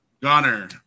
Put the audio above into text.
Gunner